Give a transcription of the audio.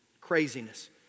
craziness